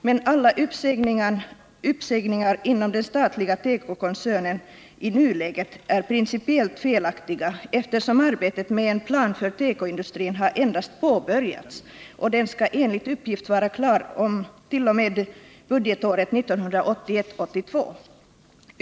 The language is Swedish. Men alla uppsägningar inom den statliga tekokoncernen är i nuläget principiellt felaktiga, eftersom arbetet med en plan för tekoindustrin endast har påbörjats — den skall enligt uppgift vara klart.o.m. budgetåret 1981/82.